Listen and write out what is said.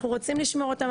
אנחנו רוצים לשמור אותם,